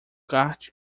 kart